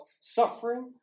suffering